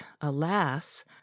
alas